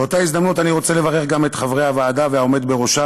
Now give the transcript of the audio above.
באותה הזדמנות אני רוצה לברך גם את חברי הוועדה ואת העומד בראשה,